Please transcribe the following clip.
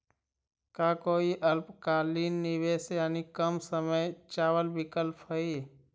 का कोई अल्पकालिक निवेश यानी कम समय चावल विकल्प हई?